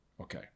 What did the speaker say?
Okay